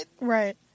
Right